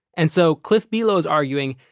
and so cliff below is arguing,